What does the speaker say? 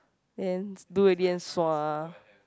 then do already then sua ah